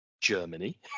Germany